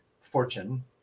fortune